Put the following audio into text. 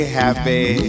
happy